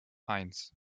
eins